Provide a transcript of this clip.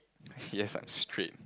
yes I'm straight